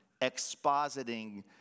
expositing